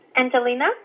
Angelina